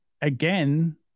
again